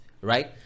right